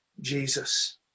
Jesus